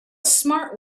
smart